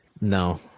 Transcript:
No